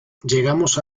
llegamos